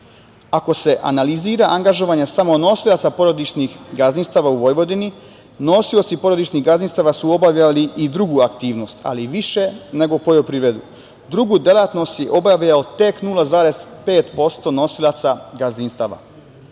se analizira angažovanja samo nosilaca porodičnih gazdinstava u Vojvodini nosioci porodičnih gazdinstava su obavljali i drugu aktivnost, ali više nego u poljoprivredu. Drugu delatnost je obavljao tek 0,5% nosilaca gazdinstava.Međutim,